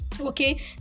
Okay